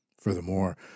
Furthermore